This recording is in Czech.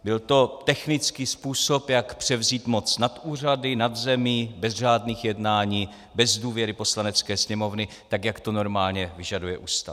Byl to technický způsob, jak převzít moc nad úřady, nad zemí bez řádných jednání, bez důvěry Poslanecké sněmovny, jak to normálně vyžaduje Ústava.